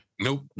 Nope